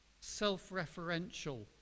self-referential